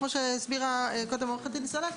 כמו שהסבירה עורכת הדין סלנט,